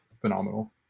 phenomenal